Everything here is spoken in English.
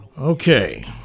Okay